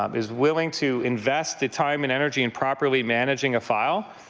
um is willing to invest the time and energy in properly managing a file,